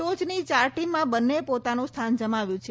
ટોચની ચાર ટીમમાં બંનેએ પોતાનું સ્થાન જમાવ્યું છે